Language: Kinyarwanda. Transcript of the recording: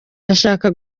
ashaka